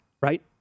Right